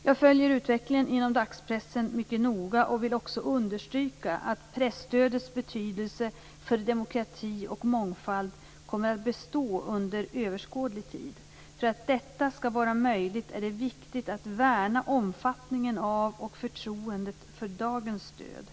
Jag följer utvecklingen inom dagspressen mycket noga och vill också understryka att presstödets betydelse för demokrati och mångfald kommer att bestå under överskådlig tid. För att detta skall vara möjligt är det viktigt att värna omfattningen av och förtroendet för dagens stöd.